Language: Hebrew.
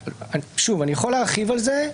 שוב, אני יכול להרחיב על זה.